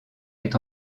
est